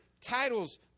titles